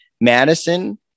Madison